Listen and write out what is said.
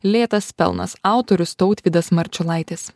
lėtas pelnas autorius tautvydas marčiulaitis